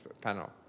panel